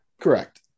correct